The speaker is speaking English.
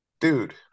Dude